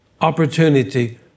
opportunity